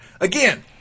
Again